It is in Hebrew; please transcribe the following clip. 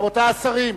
רבותי השרים.